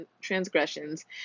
transgressions